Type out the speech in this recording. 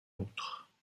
autre